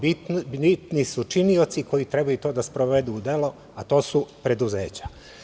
Bitni su činioci koji trebaju to da sprovedu u delo, a to su preduzeća.